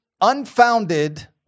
unfounded